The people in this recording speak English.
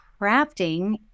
crafting